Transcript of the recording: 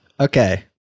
Okay